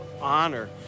honor